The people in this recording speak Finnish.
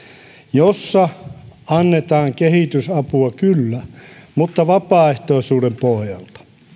jossa annetaan kehitysapua kyllä mutta vapaaehtoisuuden pohjalta